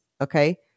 okay